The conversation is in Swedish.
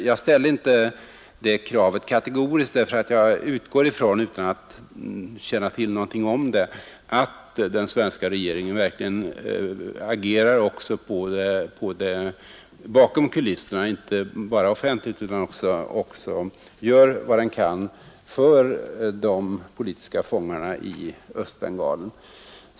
Jag ställde inte det kravet kategoriskt, därför att utan att känna till något utgår jag ifrån att svenska regeringen verkligen agerar också bakom kulisserna och inte bara offentligt och gör vad den kan för de politiska fångarna i Östbengalen.